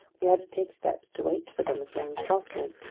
we had to take steps to wait for them as long as possible.